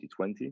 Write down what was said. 2020